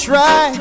Try